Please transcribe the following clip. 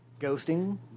Ghosting